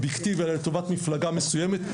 או בכדי ולטובת מפלגה מסוימת,